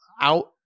out